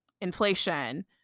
inflation